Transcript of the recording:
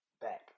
back